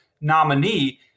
nominee